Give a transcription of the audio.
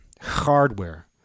hardware